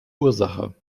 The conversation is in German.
ursache